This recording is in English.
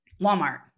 Walmart